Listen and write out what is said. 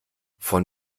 von